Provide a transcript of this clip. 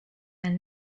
and